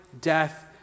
death